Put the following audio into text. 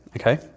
okay